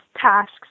tasks